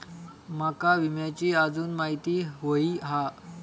माका विम्याची आजून माहिती व्हयी हा?